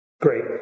Great